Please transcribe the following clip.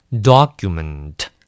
Document